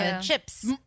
Chips